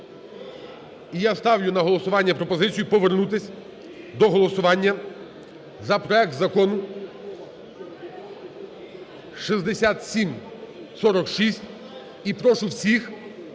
І я ставлю на голосування пропозицію повернутись до голосування за проект Закону 6746. І прошу всіх